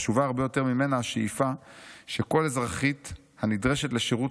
אך חשובה הרבה יותר ממנה השאיפה שכל אזרחית הנדרשת לשירות